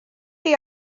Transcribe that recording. chi